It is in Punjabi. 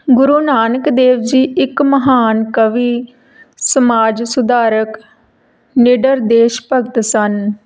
ਗੁਰੂ ਨਾਨਕ ਦੇਵ ਜੀ ਇੱਕ ਮਹਾਨ ਕਵੀ ਸਮਾਜ ਸੁਧਾਰਕ ਨਿਡਰ ਦੇਸ਼ ਭਗਤ ਸਨ